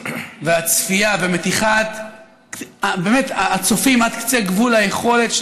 והצפייה ומתיחת הצופים עד קצה גבול היכולת שלהם,